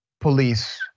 Police